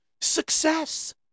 success